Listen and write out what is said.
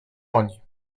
oni